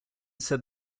said